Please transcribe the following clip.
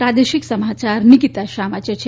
પ્રાદેશિક સમાયાર નીકિતા શાહ વાંચે છે